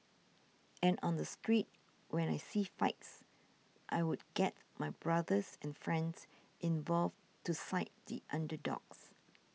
and on the street when I see fights I would get my brothers and friends involved to side the underdogs